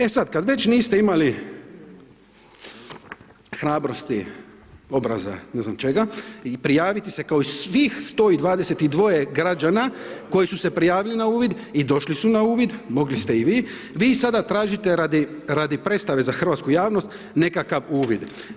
E sad, kad već niste imali hrabrosti, obraza ne znam čega, prijaviti se kao i svih 122 građana koji su se prijavili na uvid i došli su na uvid, mogli ste i vi, vi sada tražite radi, radi predstave za hrvatsku javnost nekakav uvid.